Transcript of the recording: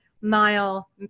mile